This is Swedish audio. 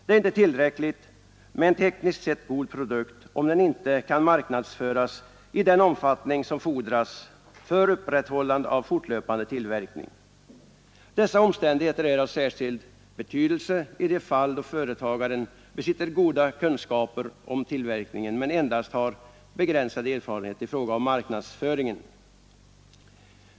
Det är inte tillräckligt med en tekniskt sett god produkt, om den inte kan marknadsföras i den utsträckning som fordras för upprätthållande av fortlöpande tillverkning. Dessa omständigheter är av särskild betydelse i de fall då företagaren besitter goda kunskaper om tillverkningen men endast har begränsad erfarenhet i fråga om marknadsföringen.